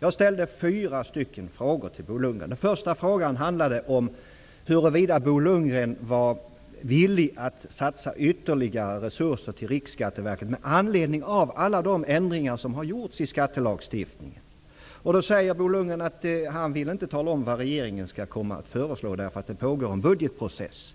Jag ställde fyra frågor till Bo Lundgren. Den första frågan handlade om huruvida Bo Lundgren var villig att ge ytterligare resurser till Riksskatteverket med anledning av alla de ändringar som har gjorts i skattelagstiftningen. Bo Lundgren säger då att han inte vill tala om vad regeringen kommer att föreslå, eftersom det pågår en budgetprocess.